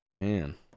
man